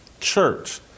church